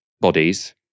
bodies